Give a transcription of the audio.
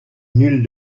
nulle